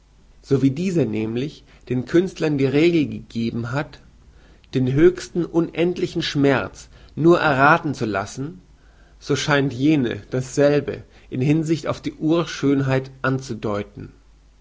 so wie dieser nämlich den künstlern die regel gegeben hat den höchsten unendlichen schmerz nur errathen zu lassen so scheint jene dasselbe in hinsicht auf die urschönheit anzudeuten